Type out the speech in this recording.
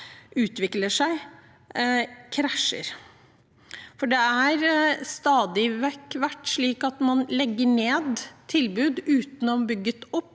utvikler seg, krasjer. Det har stadig vært slik at man legger ned tilbud uten å bygge opp